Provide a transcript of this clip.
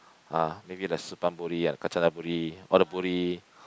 ah maybe the Suphan-Buri kanchanaburi all the Buri